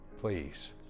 Please